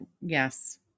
yes